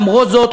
ולמרות זאת,